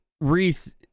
Reese